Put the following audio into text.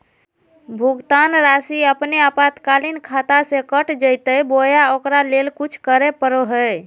भुक्तान रासि अपने आपातकालीन खाता से कट जैतैय बोया ओकरा ले कुछ करे परो है?